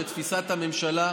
לתפיסת הממשלה,